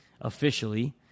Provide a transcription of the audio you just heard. officially